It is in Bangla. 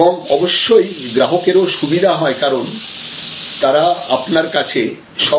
এবং অবশ্যই গ্রাহকেরও সুবিধা হয় কারণ তারা আপনার কাছে সব পরিষেবা পেয়ে যাচ্ছে